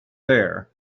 there